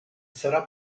sarà